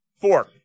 Four